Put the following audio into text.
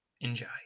Enjoy